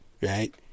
right